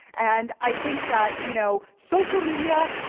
and i think that, you know, social media,